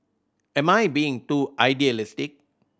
am I being too idealistic